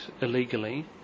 illegally